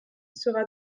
sera